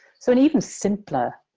so, an even simpler